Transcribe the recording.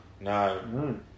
No